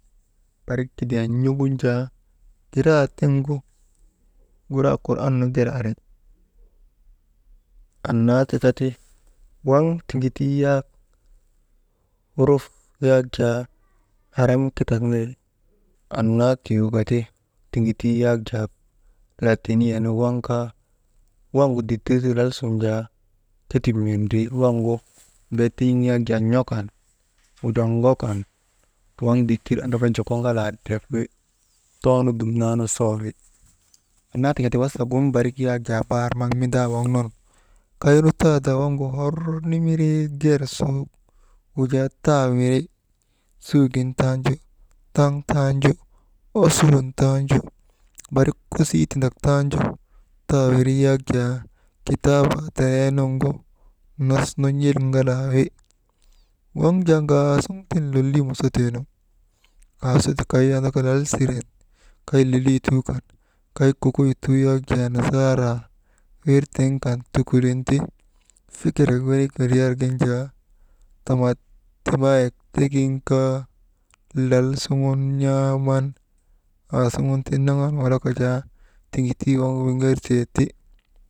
Barik kidiyan n̰ogun jaa giraa tiŋgu giraa kuran nu ger ari, annaa tika ti waŋ tigituu yak huruf yak jaa araŋkitak nu wi, annaa tiyoka ti, tiŋituu yak jaa laatiniyaa nu waŋ kaa, waŋgu dittir ti lal sun jaa ketip mindrii, waŋgu bee tin̰iŋ yak jaa n̰o kan, wujaa ŋo kan waŋ dittir an ŋalaa drep wi, too nu dumnanu sawa wi annaa tika ti gun barik yak jaa bar maŋ mindaa waŋ nun kaynu tadaa waŋgu hor mimiree gersu wujaa ta wiri, suugin tanju, taŋ tanju, osurun tanju, barik kusii tindak tanju taawiri yak jaa kitaabaa teneenuŋgu nas nu n̰iŋgalaa wi, waŋ jaa ŋaasuŋ tiŋ lolii mosotee nu, aasuti kay lilituu kan, kay kukuytuu yak jaa nasaaraa, wir tiŋ kan tukulin ti fikirek wenik windriyargin jaa, tamattimayek tigin kaa lal suŋun n̰aaman, aasuŋun naŋan walaka jaa tiŋituu waŋ wiŋertee ti.